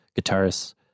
guitarist